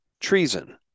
Treason